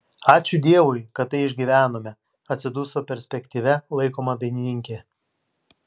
ačiū dievui kad tai išgyvenome atsiduso perspektyvia laikoma dainininkė